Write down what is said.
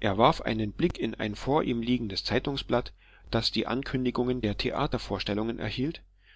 er warf einen blick in ein vor ihm liegendes zeitungsblatt das die ankündigungen der theatervorstellungen enthielt